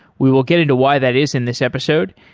we will get into why that is in this episode.